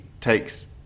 takes